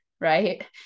Right